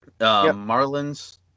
Marlins